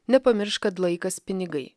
nepamiršk kad laikas pinigai